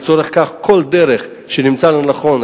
לצורך כך אנחנו צריכים לטפל בזה בכל דרך שנמצא לנכון.